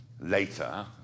later